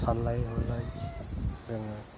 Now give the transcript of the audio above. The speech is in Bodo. सानलाय हलाय जोङो